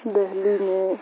دہلی میں